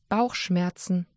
Bauchschmerzen